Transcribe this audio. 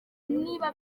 niba